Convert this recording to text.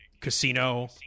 casino